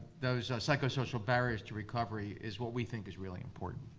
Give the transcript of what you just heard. those psycho-social barriers to recovery is what we think is really important.